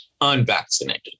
unvaccinated